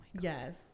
Yes